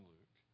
Luke